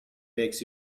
makes